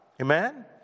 Amen